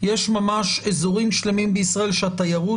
ויש ממש אזורים שלמים בישראל שהתיירות